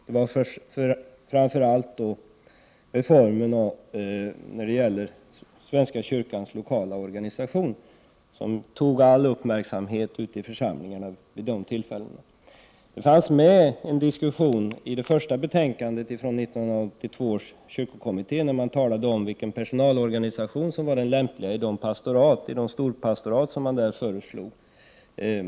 Det var framför allt reformer i fråga om svenska kyrkans lokala organisation som upptog all uppmärksamhet i församlingarna vid det tillfället. I det första betänkandet från 1982 års kyrkokommitté fanns med en diskussion där det talades om vilken personalorganisation som var den lämpliga i de storpastorat som där föreslogs.